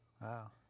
Wow